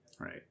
Right